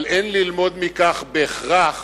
אבל אין ללמוד מכך בהכרח